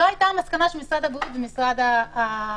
זאת הייתה המסקנה של משרד הבריאות ומשרד האוצר.